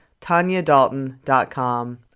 tanyadalton.com